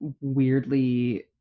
weirdly